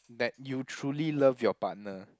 that you truly love your partner